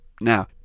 Now